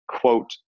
quote